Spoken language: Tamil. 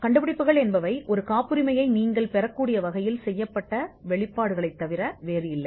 கண்டுபிடிப்புகள் என்பது காப்புரிமையை நீங்கள் பெறக்கூடிய வகையில் செய்யப்பட்ட வெளிப்பாடுகளைத் தவிர வேறில்லை